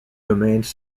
domains